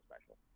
special